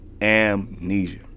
amnesia